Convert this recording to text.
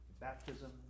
Baptism